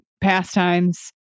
pastimes